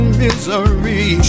misery